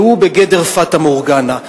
והוא בגדר פטה מורגנה.